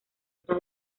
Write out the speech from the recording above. está